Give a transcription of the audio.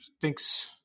thinks